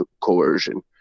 coercion